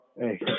Hey